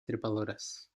trepadoras